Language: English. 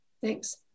Thanks